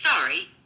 Sorry